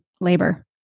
labor